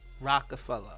Rockefeller